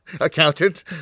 Accountant